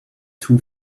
too